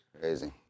Crazy